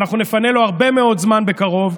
ואנחנו נפנה לו הרבה מאוד זמן בקרוב: